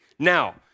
Now